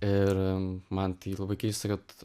ir man labai keista kad